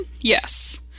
Yes